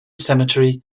cemetery